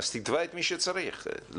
תתבע את מי שצריך,